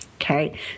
Okay